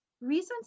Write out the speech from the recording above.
reasons